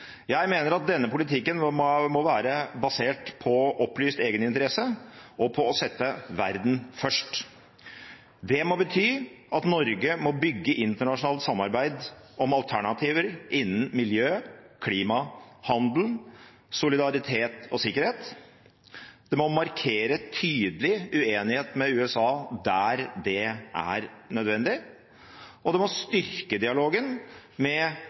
Jeg mener at denne politikken må være basert på opplyst egeninteresse og på å sette verden først. Det må bety at Norge må bygge internasjonalt samarbeid om alternativer innenfor miljø, klima, handel, solidaritet og sikkerhet. Man må markere tydelig uenighet med USA der det er nødvendig. Og man må styrke dialogen med